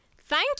Thank